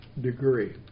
degree